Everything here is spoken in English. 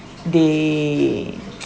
they